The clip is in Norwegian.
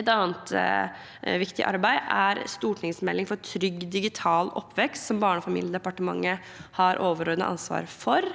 Et annet viktig arbeid er en stortingsmelding for trygg digital oppvekst, som Barne- og familiedepartementet har et overordnet ansvar for.